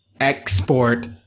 export